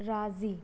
राज़ी